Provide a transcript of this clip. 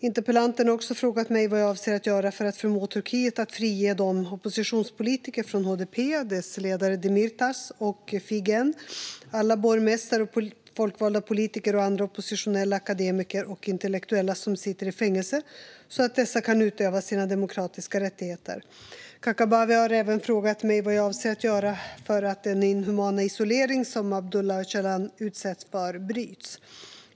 Interpellanten har också frågat mig vad jag avser att göra för att förmå Turkiet att frige de oppositionspolitiker från HDP, dess ledare Selahattin Demirtas och Figen Yüksekdag, alla borgmästare och folkvalda politiker och andra oppositionella, akademiker och intellektuella, som sitter i fängelse så att dessa kan utöva sina demokratiska rättigheter. Kakabaveh har även frågat mig vad jag avser att göra för att den inhumana isolering som Abdullah Öcalan utsätts för ska brytas.